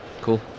Cool